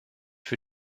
für